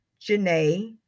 Janae